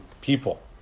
people